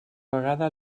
vegada